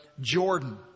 Jordan